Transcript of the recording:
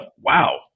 Wow